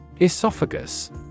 Esophagus